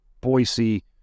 Boise